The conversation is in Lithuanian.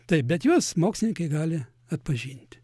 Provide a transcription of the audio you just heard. taip bet juos mokslininkai gali atpažinti